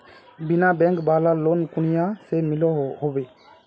बिना बैंक वाला लोन कुनियाँ से मिलोहो होबे?